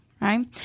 right